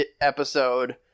episode